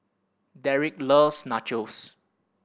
Dereck loves Nachos